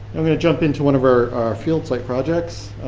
i'm going to jump into one of our field site projects.